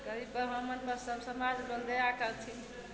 गरीब ब्राह्मणपर सब समाज सब दया करथिन